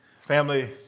Family